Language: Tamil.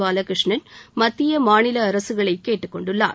பாலகிருஷ்ணன் மத்திய மாநில அரசுகளை கேட்டுக் கொண்டுள்ளார்